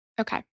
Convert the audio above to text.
Okay